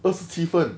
二十七分